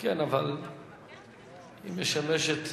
אבל היא משמשת,